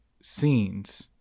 scenes